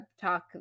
talk